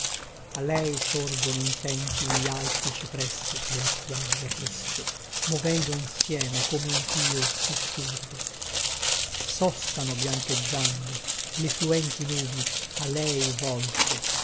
a lei sorgono intenti gli alti cipressi dalla spiaggia triste movendo insieme come un pio sussurro sostano biancheggiando le fluenti nubi a lei volte